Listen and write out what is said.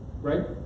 right